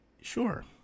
sure